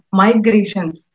migrations